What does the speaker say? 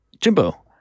Jimbo